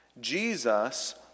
Jesus